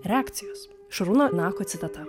reakcijos šarūno nako citata